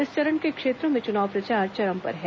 इस चरण के क्षेत्रों में चुनाव प्रचार चरम पर है